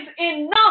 enough